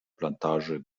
plantage